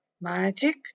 magic